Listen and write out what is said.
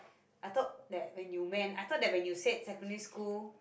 I thought that when you meant I thought when you said secondary school